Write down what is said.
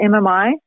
MMI